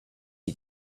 you